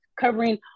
covering